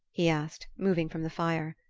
he asked, moving from the fire.